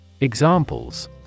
Examples